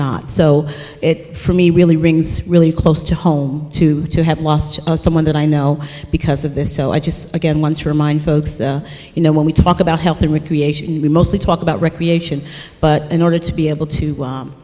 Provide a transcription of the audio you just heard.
not so it for me really rings really close to home to have lost someone that i know because of this so i just again want to remind folks you know when we talk about health and recreation we mostly talk about recreation but in order to be able to